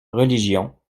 religion